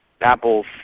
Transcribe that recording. Apple's